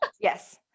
Yes